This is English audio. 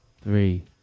three